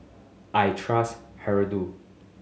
I trust Hirudoid